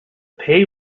pay